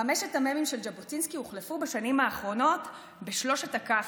חמשת המ"מים של ז'בוטינסקי הוחלפו בשנים האחרונות בשלושת הכ"פים: